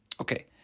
Okay